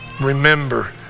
remember